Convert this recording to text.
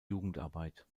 jugendarbeit